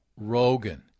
Rogan